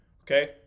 Okay